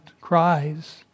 cries